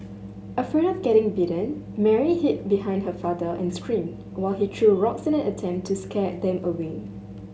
afraid of getting bitten Mary hid behind her father and screamed while he threw rocks in an attempt to scare them away